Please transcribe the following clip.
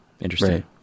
Interesting